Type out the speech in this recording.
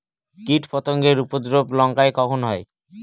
কীটপতেঙ্গর উপদ্রব লঙ্কায় কখন হয়?